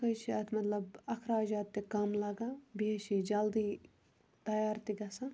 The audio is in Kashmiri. اَکھ حظ چھِ مَطلب اَخراجات تہِ کَم لگان بیٚیہِ حظ چھِ یہٕ جلدی تیار تہِ گَژھان